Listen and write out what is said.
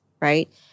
right